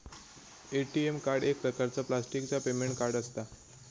ATM card एक प्रकारचा प्लॅस्टिकचा पेमेंट कार्ड असता